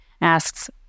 asks